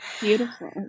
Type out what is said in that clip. beautiful